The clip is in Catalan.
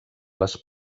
les